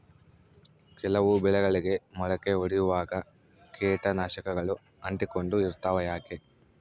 ಕೆಲವು ಬೆಳೆಗಳಿಗೆ ಮೊಳಕೆ ಒಡಿಯುವಾಗ ಕೇಟನಾಶಕಗಳು ಅಂಟಿಕೊಂಡು ಇರ್ತವ ಯಾಕೆ?